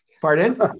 Pardon